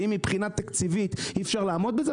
ואם מבחינה תקציבית אי אפשר לעמוד בזה,